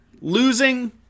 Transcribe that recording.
Losing